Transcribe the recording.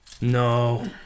No